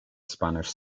spanish